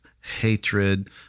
hatred